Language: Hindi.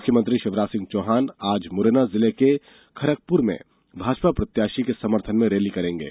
मुख्यमंत्री शिवराज सिंह चौहान आज मुरैना जिले के खरकपुर में भाजपा प्रत्याशी के समर्थन में रैली करेंगे